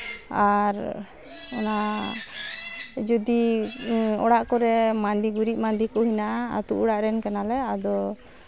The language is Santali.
ᱟᱨ ᱚᱱᱟ ᱡᱩᱫᱤ ᱚᱲᱟᱜ ᱠᱚᱨᱮᱫ ᱡᱩᱫᱤ ᱢᱟᱸᱫᱮ ᱜᱩᱨᱤᱡ ᱢᱟᱸᱫᱮ ᱠᱚ ᱢᱮᱱᱟᱜᱼᱟ ᱟᱛᱳ ᱚᱲᱟᱜ ᱨᱮᱱ ᱠᱟᱱᱟᱞᱮ ᱟᱫᱚ